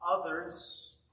others